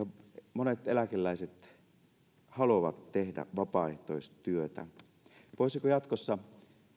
monet eläkeläiset haluavat tehdä vapaaehtoistyötä voisiko jatkossa